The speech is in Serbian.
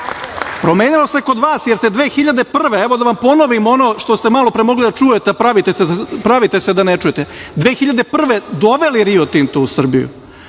Promenilo se kod vas, jer ste 2001. godine, evo da vam ponovim ono što ste malopre mogli da čujete, a pravite se da ne čujete, 2001 godine doveli „Rio Tinto“ u Srbiju,